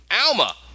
alma